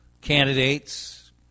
candidates